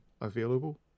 available